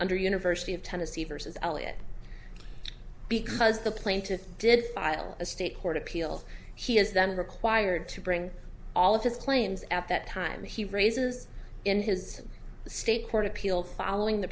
the university of tennessee versus elliot because the plaintiff did file a state court appeal he is then required to bring all of his claims at that time he raises in his state court appeal following the